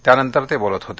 त्यानंतर ते बोलत होते